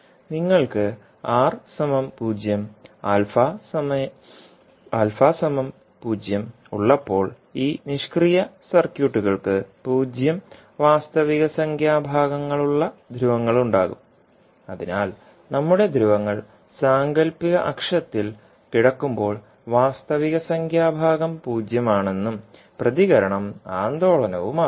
നിങ്ങൾക്ക് R 0 α 0 ഉള്ളപ്പോൾ ഈ നിഷ്ക്രിയ സർക്യൂട്ടുകൾക്ക് പൂജ്യം വാസ്തവികസംഖ്യാ ഭാഗങ്ങളുള്ള ധ്രുവങ്ങളുണ്ടാകും അതിനാൽ നമ്മുടെ ധ്രുവങ്ങൾ സാങ്കൽപ്പിക അക്ഷത്തിൽ കിടക്കുമ്പോൾ വാസ്തവികസംഖ്യാ ഭാഗം പൂജ്യമാണെന്നും പ്രതികരണം ആന്ദോളനവും ആകും